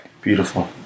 beautiful